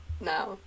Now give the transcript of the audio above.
now